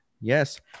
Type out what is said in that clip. yes